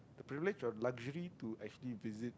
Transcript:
privilege of luxury to actually visit